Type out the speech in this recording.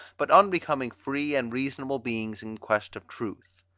but unbecoming free and reasonable beings in quest of truth.